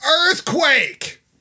earthquake